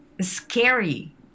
scary